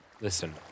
listen